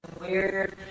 weird